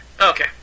Okay